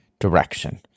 direction